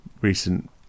recent